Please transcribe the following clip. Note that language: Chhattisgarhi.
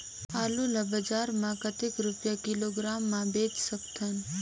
आलू ला बजार मां कतेक रुपिया किलोग्राम म बेच सकथन?